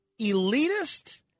elitist